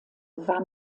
war